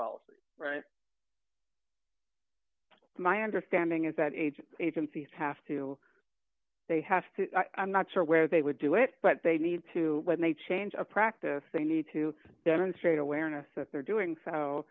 policy right my understanding is that agent agencies have to they have to i'm not sure where they would do it but they need to change a practice they need to demonstrate awareness that they're doing so